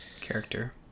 character